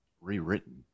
rewritten